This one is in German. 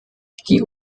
die